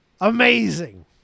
amazing